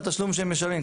לתשלום שהם משלמים.